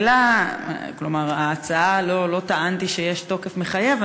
לא טענתי שיש תוקף מחייב,